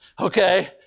Okay